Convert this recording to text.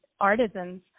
artisans